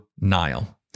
Nile